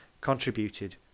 contributed